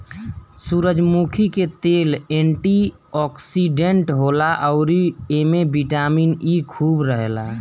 सूरजमुखी के तेल एंटी ओक्सिडेंट होला अउरी एमे बिटामिन इ खूब रहेला